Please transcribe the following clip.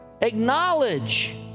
Acknowledge